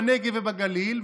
בנגב ובגליל,